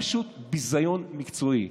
פשוט ביזיון מקצועי,